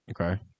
Okay